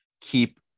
keep